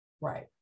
Right